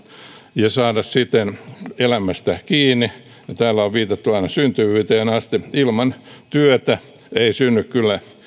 ja saada siten elämästä kiinni täällä on viitattu aina syntyvyyteen asti ilman työtä ei synny kyllä